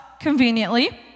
conveniently